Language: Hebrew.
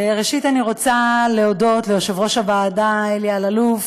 ראשית אני רוצה להודות ליושב-ראש הוועדה אלי אלאלוף